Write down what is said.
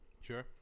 Sure